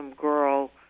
girl